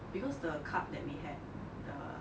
because the card that we had the